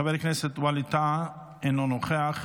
חבר הכנסת ווליד טאהא, אינו נוכח,